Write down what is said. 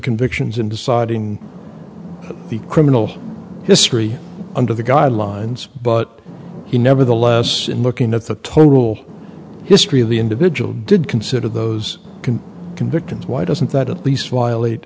convictions in deciding the criminal history under the guidelines but he never the less looking at the total history of the individual did consider those can convict and why doesn't that at least violate